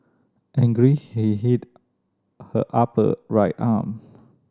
angry he hit her upper right arm